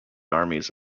armies